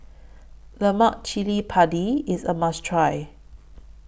Lemak Cili Padi IS A must Try